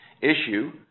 issue